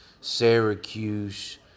Syracuse